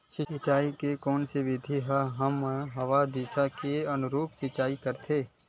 सिंचाई के कोन से विधि म हवा के दिशा के अनुरूप सिंचाई करथे?